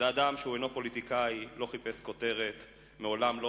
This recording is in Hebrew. זה אדם שאינו פוליטיקאי, הוא לא